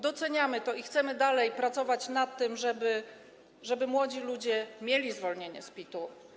Doceniamy to i chcemy dalej pracować nad tym, żeby młodzi ludzie mieli zwolnienie z PIT-u.